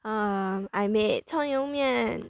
um I made 葱油面